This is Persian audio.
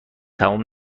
تموم